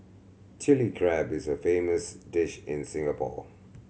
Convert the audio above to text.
Chilli Crab is a famous dish in Singapore